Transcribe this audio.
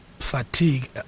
fatigue